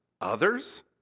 others